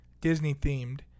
Disney-themed